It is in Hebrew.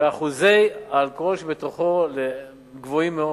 שאחוזי האלכוהול שבו גבוהים מאוד.